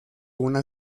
una